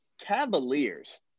Cavaliers